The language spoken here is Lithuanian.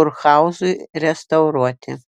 kurhauzui restauruoti